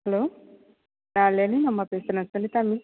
hello நான் லெலின் அம்மா பேசுகிறேன் சுனிதா மிஸ்